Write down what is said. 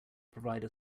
provide